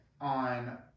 on